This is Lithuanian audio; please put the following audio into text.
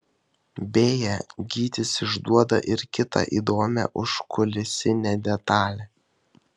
beje gytis išduoda ir kitą įdomią užkulisinę detalę